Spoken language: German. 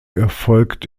erfolgt